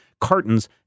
cartons